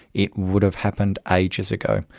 it would have happened ages ago.